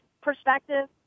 perspective